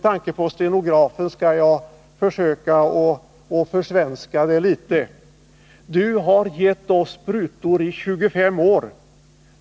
Jag är säker på att hon mycket väl minns uttalandet: ”Du har givit oss sprutor i 25 år.